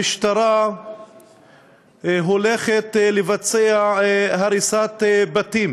המשטרה כנראה הולכת לבצע הריסת בתים.